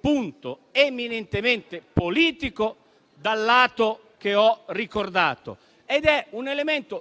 punto è eminentemente politico dal lato che ho ricordato ed è